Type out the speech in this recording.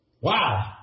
Wow